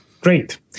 Great